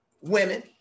Women